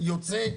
יוצא,